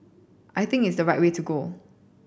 I think it's the right way to go